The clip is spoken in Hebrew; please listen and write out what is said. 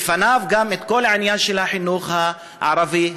בפניו גם כל העניין של החינוך הערבי,